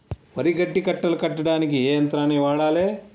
వరి గడ్డి కట్టలు కట్టడానికి ఏ యంత్రాన్ని వాడాలే?